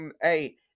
Hey